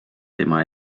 tema